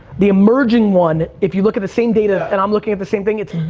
the emerging one, if you look at the same data, and i'm looking at the same thing, it's,